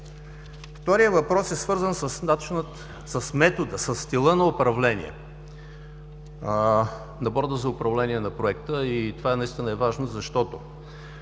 Вторият въпрос е свързан с начина, с метода, със стила на управление на Борда за управление на Проекта. Това наистина е важно, защото,